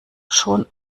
schon